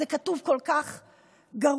זה כתוב כל כך גרוע.